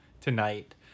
tonight